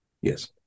Yes